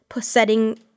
setting